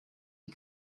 you